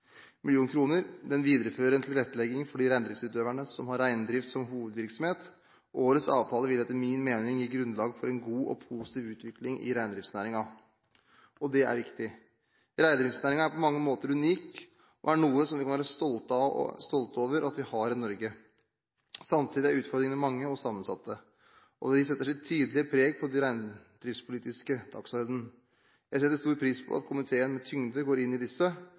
mill. kr. Den viderefører en tilrettelegging for de reindriftsutøverne som har reindrift som hovedvirksomhet. Årets avtale vil etter min mening gi grunnlag for en god og positiv utvikling i reindriftsnæringen. Og det er viktig. Reindriftsnæringen er på mange måter unik, og er noe som vi kan være stolte over at vi har i Norge. Samtidig er utfordringene mange og sammensatte, og de setter sitt tydelige preg på den reindriftspolitiske dagsorden. Jeg setter stor pris på at komiteen med tyngde går inn i disse